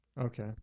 Okay